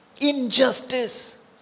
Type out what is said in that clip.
Injustice